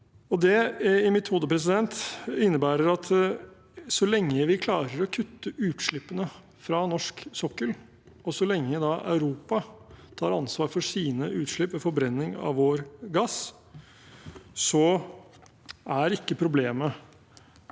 hode innebærer det at så lenge vi klarer å kutte utslippene fra norsk sokkel, og så lenge Europa tar ansvar for sine utslipp ved forbrenning av vår gass, er ikke problemet